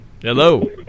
Hello